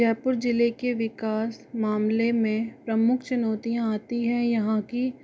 जयपुर ज़िले के विकास मामले में प्रमुख चुनौतियाँ आती है यहाँ की